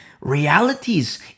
realities